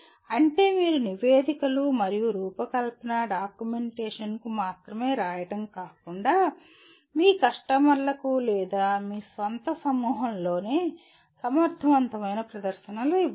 అంటే మీరు నివేదికలు మరియు రూపకల్పన డాక్యుమెంటేషన్ను మాత్రమే రాయడం కాకుండా మీ కస్టమర్లకు లేదా మీ స్వంత సమూహంలోనే సమర్థవంతమైన ప్రదర్శనలు ఇవ్వాలి